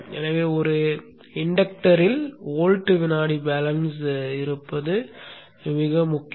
எனவே ஒரு இண்டக்டரில் வோல்ட் வினாடி பேலன்ஸ் இருப்பது மிகவும் முக்கியம்